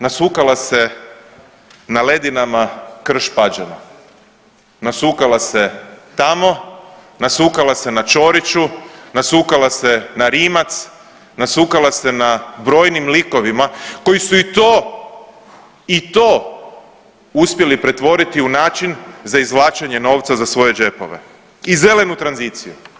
Nasukala se na ledinama Krš-Pađena, nasukala se tamo, nasukala se na Ćoriću, nasukala se na Rimac, nasukala se na brojim likovima koji su i to i to uspjeli pretvoriti u način za izvlačenje novca za svoje džepove i zelenu tranziciju.